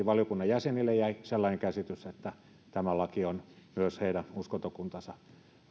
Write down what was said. valiokunnan jäsenille jäi sellainen käsitys että tämä laki on myös heidän uskontokuntansa